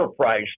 overpriced